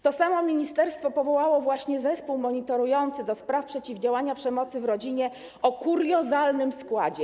To samo ministerstwo powołało właśnie Zespół Monitorujący do spraw Przeciwdziałania Przemocy w Rodzinie o kuriozalnym składzie.